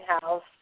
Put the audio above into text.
house